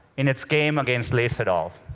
in its game against lee sedol